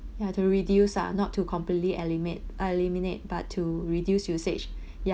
ya to reduce ah not to completely eliminate eliminate but to reduce usage